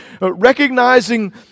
recognizing